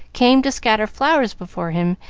came to scatter flowers before him,